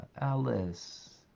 Alice